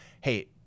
hey